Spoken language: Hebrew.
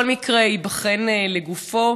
כל מקרה ייבחן לגופו,